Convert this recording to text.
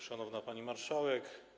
Szanowna Pani Marszałek!